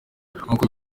nk’uko